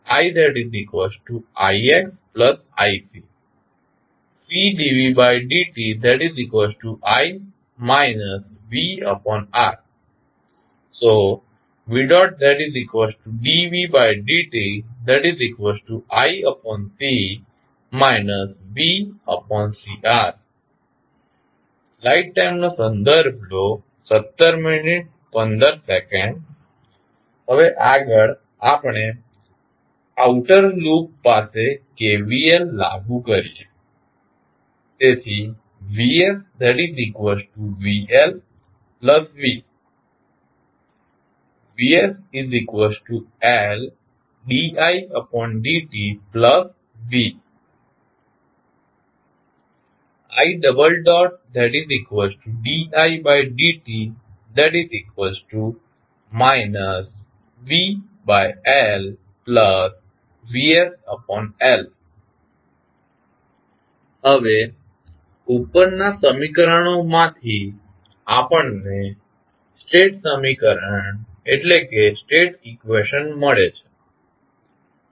iixiC Cdvdti vR vdvdtiC vCR હવે આગળ આપણે આઉટર લૂપ પાસે KVL લાગુ કરીએ vsvLv vsLdidtv ididt vLvsL હવે ઉપરનાં સમીકરણોમાંથી આપણને સ્ટેટ સમીકરણ મળે છે